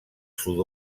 sud